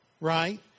right